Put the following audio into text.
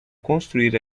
construir